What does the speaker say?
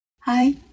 Hi